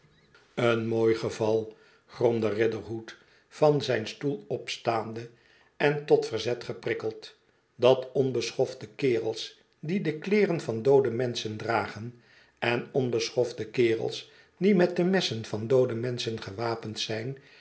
en mooi geval gromde riderhood van zijn stoel opstaande en tolverzet geprikkeld dat onbeschoftekerels die de kleeren vandoode menschen dragen en onbeschofte kerels die met de messen van doode menschen gewapend zijn